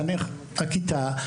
מחנך הכיתה,